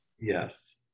Yes